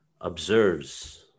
observes